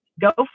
go